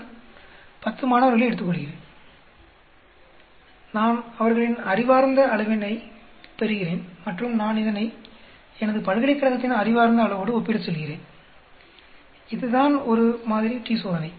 நான் 10 மாணவர்களை எடுத்துக்கொள்கிறேன் நான் அவர்களின் அறிவார்ந்த அளவினைப் பெறுகிறேன் மற்றும் நான் இதனை எனது பல்கலைக்கழகத்தின் அறிவார்ந்த அளவோடு ஒப்பிட சொல்கிறேன் இதுதான் ஒரு மாதிரி t சோதனை